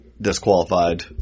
Disqualified